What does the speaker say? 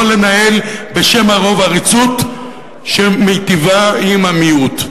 לא לנהל בשם הרוב עריצות שמיטיבה עם המיעוט.